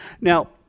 Now